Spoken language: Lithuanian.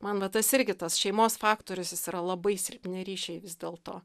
man va tas irgi tas šeimos faktorius yra labai silpni ryšiai vis dėlto